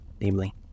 Namely